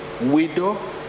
widow